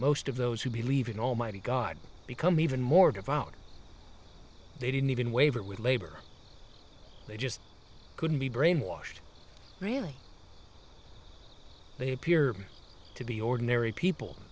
most of those who believe in almighty god become even more devout they didn't even waver with labor they just couldn't be brainwashed really they appear to be ordinary people